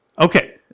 Okay